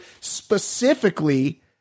specifically